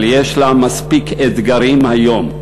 אבל יש לה מספיק אתגרים היום.